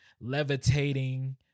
levitating